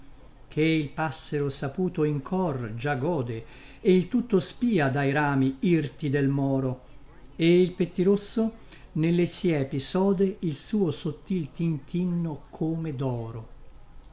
ché il passero saputo in cor già gode e il tutto spia dai rami irti del moro e il pettirosso nelle siepi sode il suo sottil tintinno come doro